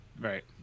Right